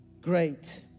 great